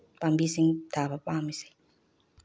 ꯄꯥꯝꯕꯤꯁꯤꯡ ꯊꯥꯕ ꯄꯥꯝꯃꯤꯁꯤ